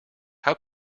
how